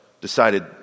decided